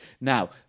Now